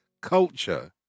culture